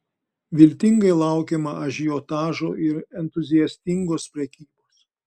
viltingai laukiama ažiotažo ir entuziastingos prekybos